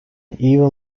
even